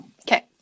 Okay